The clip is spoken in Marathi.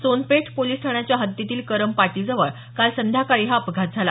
सोनपेठ पोलीस ठाण्याच्या हद्दीतील करम पाटीजवळ काल संध्याकाळी हा अपघात झाला